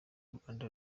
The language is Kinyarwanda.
rwanda